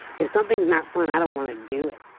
if something's not fun i don't want to do it,